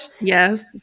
Yes